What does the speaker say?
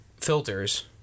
filters